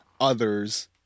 others